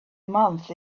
month